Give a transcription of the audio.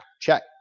check